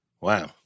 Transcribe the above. Wow